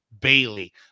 Bailey